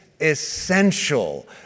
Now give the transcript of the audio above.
essential